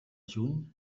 juny